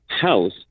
house